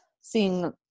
seeing